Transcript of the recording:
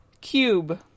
cube